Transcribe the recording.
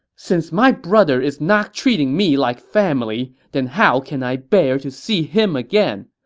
since my brother is not treating me like family, then how can i bear to see him again!